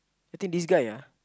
I think this guy ya